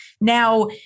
Now